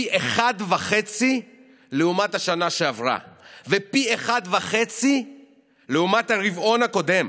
פי 1.5 לעומת השנה שעברה ופי 1.5 לעומת הרבעון הקודם.